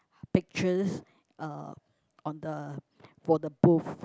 pictures uh on the for the booth